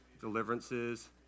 deliverances